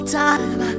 time